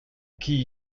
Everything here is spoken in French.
qui